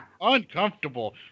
uncomfortable